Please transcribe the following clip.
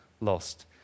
Lost